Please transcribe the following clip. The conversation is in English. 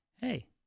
hey